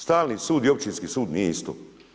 Stalni sud i općinski sud nije isto.